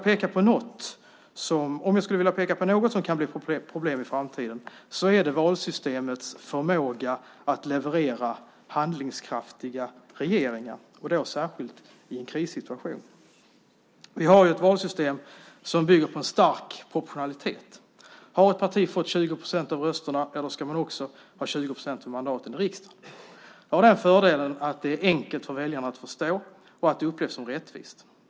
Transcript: Men om jag ska peka på något som kan bli ett problem i framtiden så är det valsystemets förmåga att leverera handlingskraftiga regeringar, särskilt i en krissituation. Vi har ju ett valsystem som bygger på en stark proportionalitet. Har ett parti fått 20 procent av rösterna ska det också ha 20 procent av mandaten i riksdagen. Detta har den fördelen att det är enkelt för väljarna att förstå och att det upplevs som rättvist.